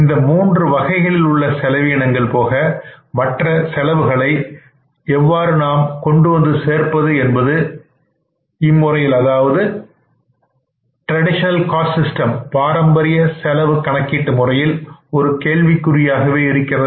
இந்த மூன்று வகைகளில் உள்ள செலவினங்கள் போக மற்ற செலவுகளை எவ்வாறு நாம் கொண்டுவந்து சேர்ப்பது என்பது பாரம்பரிய செலவு கணக்கீட்டு முறையில் ஒரு கேள்விக்குறியாகவே இருக்கிறது